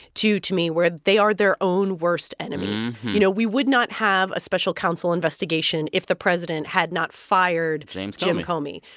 too, to me where they are their own worst enemies, you know? we would not have a special counsel investigation if the president had not fired. james comey. jim comey.